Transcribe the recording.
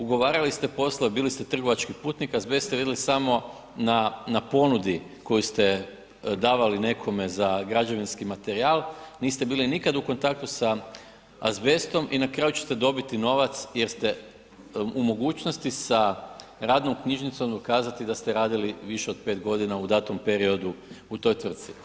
Ugovarali ste poslove, bili ste trgovački putnik, azbest ste vidli samo na ponudi koju ste davali nekome za građevinski materijal, niste bili nikad u kontaktu sa azbestom i na kraju ćete dobiti novac jer ste u mogućnosti sa radnom knjižicom dokazati da ste radili više od 5 godina u datom periodu u toj tvrtki.